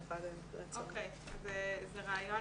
זה רעיון.